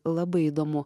labai įdomu